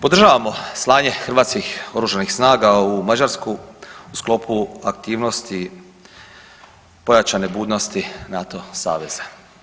Podržavamo slanje hrvatskih Oružanih snaga u Mađarsku u sklopu aktivnosti pojačane budnosti NATO saveza.